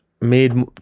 made